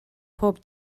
pob